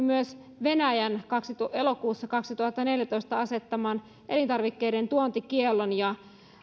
myös venäjän elokuussa kaksituhattaneljätoista asettaman elintarvikkeiden tuontikiellon ja